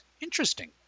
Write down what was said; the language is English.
Interesting